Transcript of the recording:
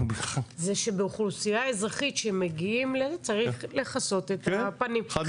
זה שבאוכלוסייה אזרחית שמגיעים צריך לכסות את הפנים.